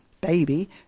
baby